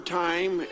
time